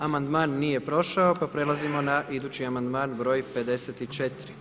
Amandman nije prošao pa prelazimo na idući amandman broj 54.